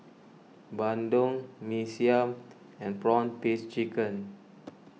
Bandung Mee Siam and Prawn Paste Chicken